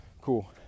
cool